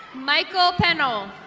michael pennel.